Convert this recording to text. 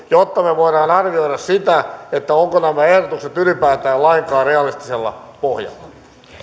jotta me voimme arvioida sitä ovatko nämä ehdotukset ylipäätään lainkaan realistisella pohjalla